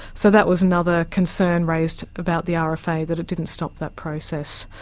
so that was another concern raised about the ah rfa, that it didn't stop that process.